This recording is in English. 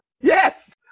Yes